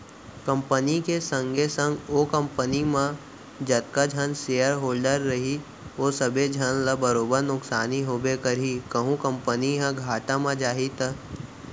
company के संगे संग ओ कंपनी म जतका झन सेयर होल्डर रइही ओ सबे झन ल बरोबर नुकसानी होबे करही कहूं कंपनी ह घाटा म जाही त